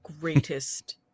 greatest